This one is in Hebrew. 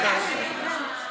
במועד אחר.